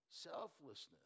Selflessness